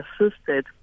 assisted